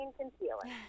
concealing